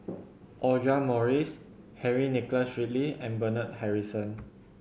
Audra Morrice Henry Nicholas Ridley and Bernard Harrison